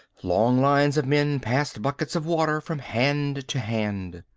long lines of men passed buckets of water from hand to hand.